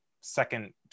second